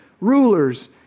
rulers